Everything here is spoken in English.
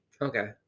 Okay